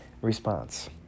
response